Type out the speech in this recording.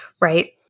Right